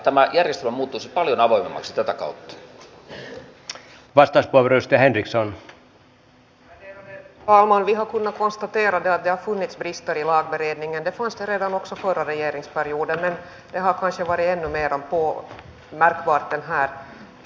tämä aika jossa turvallisuudesta keskustellaan on jostakin syytä varsin värittynyttä ja myöskin ne turvallisuusuhat joista me täällä mielellämme paasaamme ovat monella tavalla hiukan filteerattuja puhujasta riippuen